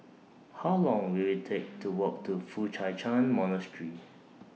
How Long Will IT Take to Walk to Foo Chai Ch'An Monastery